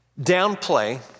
downplay